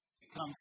become